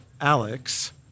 Alex